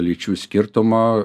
lyčių skirtumo